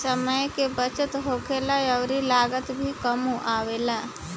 समय के बचत होखेला अउरी लागत भी कम आवेला